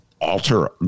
Alter